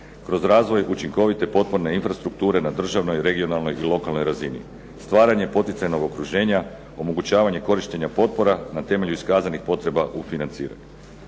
Kroz razvoj učinkovite potporne infrastrukture na državnoj regionalnoj i lokalnoj razini. Stvaranje poticajnog okruženja, omogućavanje korištenja potpora na temelju iskazanih potreba u financiranju.